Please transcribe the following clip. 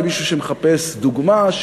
למישהו שמחפש דוגמה,